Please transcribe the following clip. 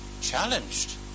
Challenged